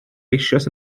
eisoes